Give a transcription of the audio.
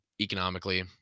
economically